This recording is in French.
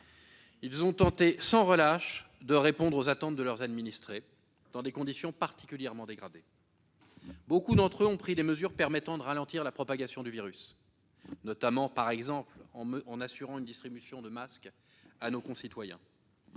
Ils ont tenté sans relâche de répondre aux attentes de leurs administrés dans des conditions particulièrement dégradées. Beaucoup d'entre eux ont pris des mesures permettant de ralentir la propagation du virus, notamment en assurant une distribution de masques à nos concitoyens.